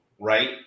right